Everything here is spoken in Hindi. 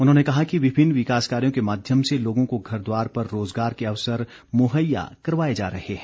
उन्होंने कहा कि विभिन्न विकास कार्यों के माध्यम से लोगों को घर द्वार पर रोजगार के अवसर मुहैया करवाए जा रहे हैं